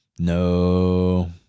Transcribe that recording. No